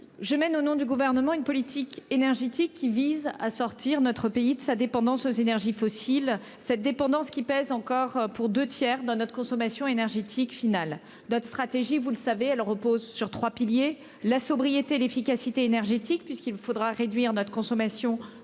Je mène au nom du gouvernement, une politique énergétique qui vise à sortir notre pays de sa dépendance aux énergies fossiles. Cette dépendance qui pèsent encore pour 2 tiers dans notre consommation énergétique finale d'autres stratégies, vous le savez, elle repose sur 3 piliers la sobriété, l'efficacité énergétique, puisqu'il faudra réduire notre consommation de